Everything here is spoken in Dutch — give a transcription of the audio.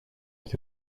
lag